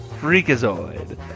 Freakazoid